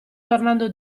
tornando